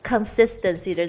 Consistency